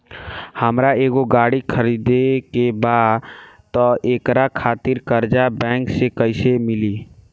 हमरा एगो गाड़ी खरीदे के बा त एकरा खातिर कर्जा बैंक से कईसे मिली?